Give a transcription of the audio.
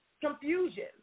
confusion